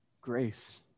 Grace